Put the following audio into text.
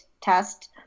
test